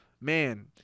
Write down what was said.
man